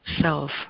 self